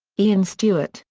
ian stewart,